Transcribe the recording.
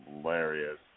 hilarious